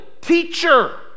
teacher